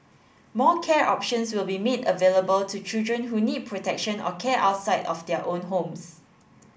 more care options will be made available to children who need protection or care outside of their own homes